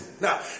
Now